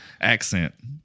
accent